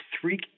three